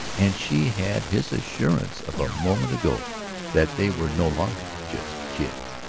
and she had his assurance of a moment ago that they were no longer just kids.